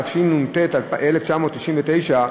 התשנ"ט 1999,